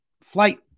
Flight